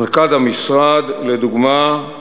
מנכ"ל המשרד, לדוגמה,